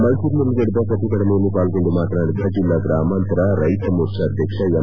ಮೈಸೂರಿನಲ್ಲಿ ನಡೆದ ಪ್ರತಿಭಟನೆಯಲ್ಲಿ ಪಾಲ್ಗೊಂಡು ಮಾತನಾಡಿದ ಜಿಲ್ಲಾ ಗ್ರಮಾಂತರ ರೈತ ಮೋರ್ಚಾ ಅಧ್ಯಕ್ಷ ಎಂ